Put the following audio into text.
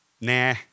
nah